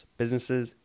businesses